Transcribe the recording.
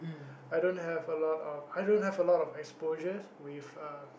I don't have a lot of I don't have a lot of exposures with uh